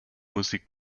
musik